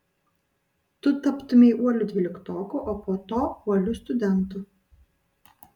tu taptumei uoliu dvyliktoku o po to uoliu studentu